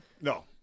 no